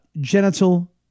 Genital